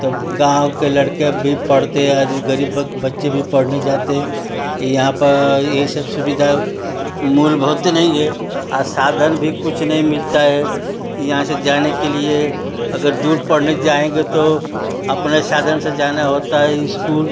तब गाँव के लड़के अब भी पढ़ते हैं आज भी गरीब के बच्चे भी पढ़ने जाते यहाँ पर यही सब सुविधा मूलभूत नहीं है साधन भी कुछ नहीं मिलता है यहाँ से जाने के लिए अगर दूर पढ़ने जाएंगे तो अपने साधन से जाना होता है इस्कूल